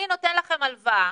אני נותן לכם הלוואה